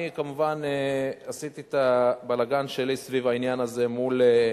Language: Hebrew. אני כמובן עשיתי את הבלגן שלי סביב העניין הזה מול